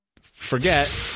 forget